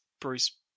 Bruce